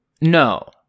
no